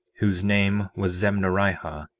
whose name was zemnarihah